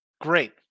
Great